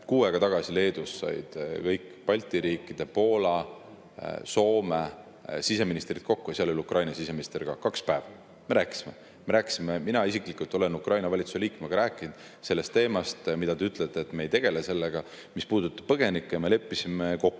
kuu aega tagasi Leedus kõik Balti riikide, Poola ja Soome siseministrid kokku ja seal oli Ukraina siseminister ka. Kaks päeva me rääkisime. Mina isiklikult olen Ukraina valitsuse liikmega rääkinud sellest teemast, mille kohta te ütlete, et me ei tegele sellega, mis puudutab põgenikke. Me leppisime kokku,